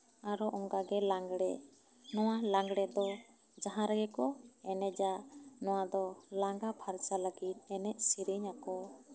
ᱟᱨᱦᱚᱸ ᱚᱱᱠᱟ ᱜᱮ ᱞᱟᱸᱜᱬᱮ ᱱᱚᱶᱟ ᱞᱟᱸᱜᱬᱮ ᱫᱚ ᱡᱟᱦᱟᱸ ᱨᱮᱜᱮ ᱠᱚ ᱮᱱᱮᱡᱟ ᱱᱚᱶᱟ ᱫᱚ ᱞᱟᱜᱟᱸ ᱯᱷᱟᱨᱪᱟ ᱞᱟᱹᱜᱤᱫ ᱮᱱᱮᱡ ᱥᱮᱨᱮᱧ ᱟᱠᱚ